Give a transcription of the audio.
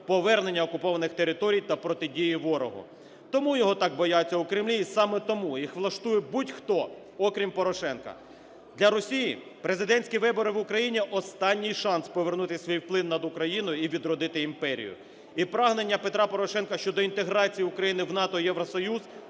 повернення окупованих територій та протидії ворогу, тому його так бояться у Кремлі, і саме тому їх влаштує будь-хто, окрім Порошенка. Для Росії президентські вибори в Україні – останній шанс повернути свій вплив над Україною і відродити імперію. І прагнення Петра Порошенка щодо інтеграції України в НАТО, Євросоюз –